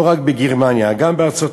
לא רק בגרמניה, גם בארצות-הברית,